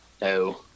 no